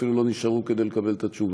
אפילו לא נשארו כדי לקבל את התשובה.